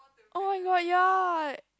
oh my god ya